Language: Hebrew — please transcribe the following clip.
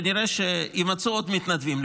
כנראה שיימצאו עוד מתנדבים,